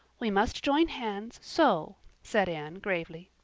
we must join hands so, said anne gravely.